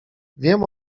wiem